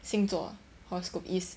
星座 horoscope is